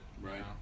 Right